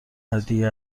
هدیه